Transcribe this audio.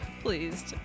Pleased